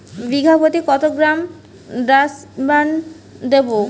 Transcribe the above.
বিঘাপ্রতি কত gram Dursban দেবো?